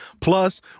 Plus